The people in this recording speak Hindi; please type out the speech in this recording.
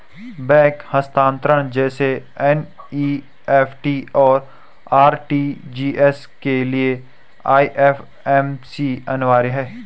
बैंक हस्तांतरण जैसे एन.ई.एफ.टी, और आर.टी.जी.एस के लिए आई.एफ.एस.सी अनिवार्य है